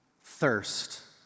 thirst